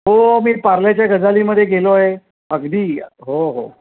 हो मी पार्ल्याच्या गझालीमध्ये गेलो आहे अगदी हो हो